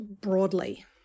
broadly